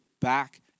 back